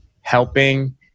helping